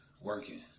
working